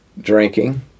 drinking